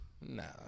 no